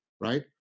right